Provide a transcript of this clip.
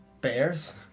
bears